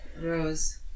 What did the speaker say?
Rose